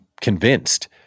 convinced